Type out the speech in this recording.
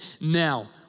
Now